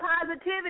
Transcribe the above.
positivity